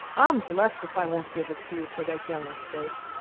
i'm blest if i won't give it to you for that young un's sake.